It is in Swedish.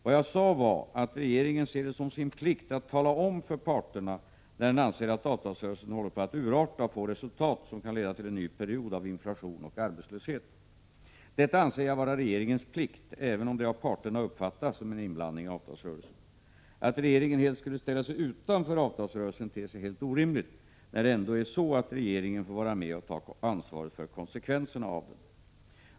Vad jag sade var att regeringen ser det som sin plikt att tala om för parterna när den anser att avtalsrörelsen håller på att urarta och få resultat som kan leda till en ny period av inflation och arbetslöshet. Detta anser jag vara regeringens plikt — även om det av parterna uppfattas som en inblandning i avtalsrörelsen. Att regeringen helt skulle ställa sig utanför avtalsrörelsen ter sig helt orimligt, när det ändå är så att regeringen får vara med och ta ansvaret för konsekvenserna av den.